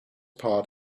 part